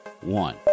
one